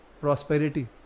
prosperity